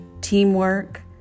teamwork